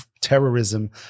terrorism